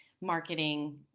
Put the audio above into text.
marketing